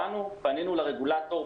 פנינו לרגולטור,